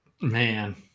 Man